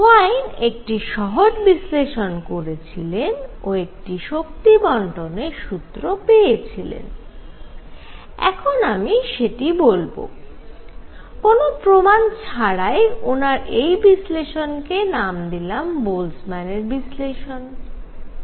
Wayne একটি সহজ বিশ্লেষণ করেছিলেন ও একটি শক্তি বন্টনের সূত্র পেয়েছিলেন এখন আমি সেটি বলব কোন প্রমাণ ছাড়াই ওনার এই বিশ্লেষণকে নাম দিলাম বোলজম্যানের বিশ্লেষণ Boltzmann's analysis